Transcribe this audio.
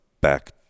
back